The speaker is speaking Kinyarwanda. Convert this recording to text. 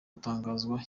hatangazwa